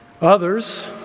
Others